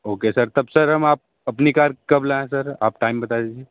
okay sir तब sir हम अब अपनी कार कब लाएं सर आप टाइम बता दीजिए